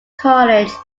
college